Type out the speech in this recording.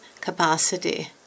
capacity